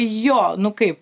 jo nu kaip